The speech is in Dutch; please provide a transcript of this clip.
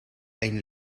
een